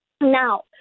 now